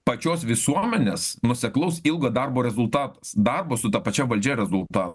pačios visuomenės nuoseklaus ilgo darbo rezultatas darbo su ta pačia valdžia rezultat